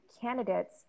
candidates